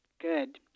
good